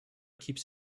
keeps